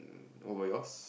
what about yours